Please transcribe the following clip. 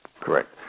Correct